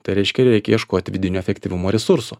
tai reiškia reikia ieškoti vidinių efektyvumo resursų